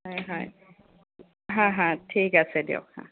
হয় হয় হয় হয় ঠিক আছে দিয়ক